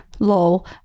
LOL